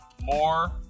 more